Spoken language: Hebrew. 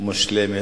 מושלמת,